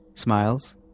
Smiles